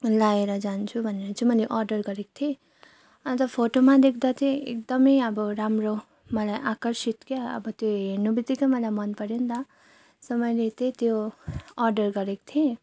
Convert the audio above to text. लगाएर जान्छु भनेर चाहिँ मैले अर्डर गरेक थिएँ अन्त फोटोमा देख्दा चाहिँ एकदमै अब राम्रो मलाई आकर्षित क्या अब त्यो हेर्ने बित्तिकै मलाई मनपर्यो नि त सो मैले चाहिँ त्यो अर्डर गरेक थिएँ